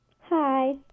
Hi